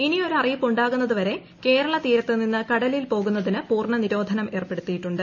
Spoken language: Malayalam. ഇനിയൊരു അറിയിപ്പുണ്ടാകുന്നത് വരെ കേരള തീരത്ത് നിന്ന് കടലിൽ പോകുന്നതിനു പൂർണ്ണനിരോധനം ഏർപ്പെടുത്തിയിട്ടുണ്ട്